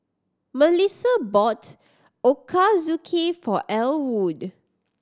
Mellissa bought Ochazuke for Elwood